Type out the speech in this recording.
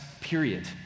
period